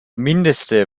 mindeste